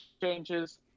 changes